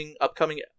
upcoming